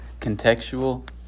contextual